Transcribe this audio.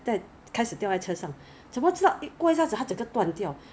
你买全部你加起来你 everything 送去那个